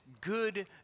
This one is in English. Good